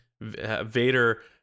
vader